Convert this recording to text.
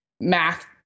math